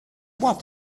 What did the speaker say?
what